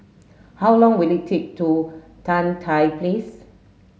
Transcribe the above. how long will it take to Tan Tye Place